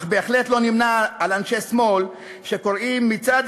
אך בהחלט לא נמנה עם אנשי שמאל שקוראים מצד